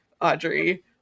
Audrey